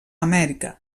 amèrica